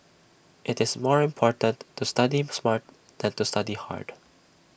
IT is more important to study smart than to study hard